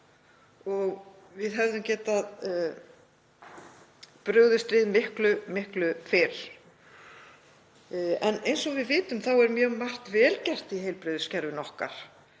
og við hefðum getað brugðist við miklu fyrr. Eins og við vitum er mjög margt vel gert í heilbrigðiskerfinu okkar,